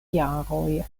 jaroj